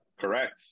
Correct